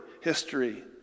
history